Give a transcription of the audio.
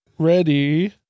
Ready